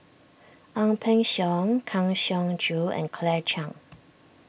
Ang Peng Siong Kang Siong Joo and Claire Chiang